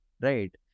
Right